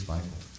Bible